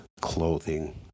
clothing